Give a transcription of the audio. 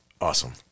awesome